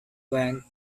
went